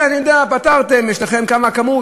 כן, אני יודע, פתרתם, יש לכם כמות.